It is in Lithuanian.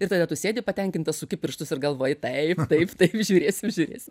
ir tada tu sėdi patenkintas suki pirštus ir galvoji taip taip taip žiūrėsim žiūrėsim